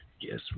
Yes